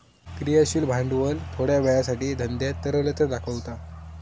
क्रियाशील भांडवल थोड्या वेळासाठी धंद्यात तरलता दाखवता